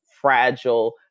fragile